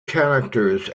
characters